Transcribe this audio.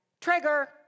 trigger